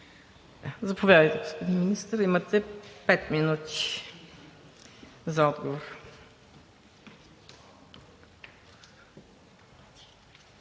Заповядайте, господин Министър – имате пет минути за отговор.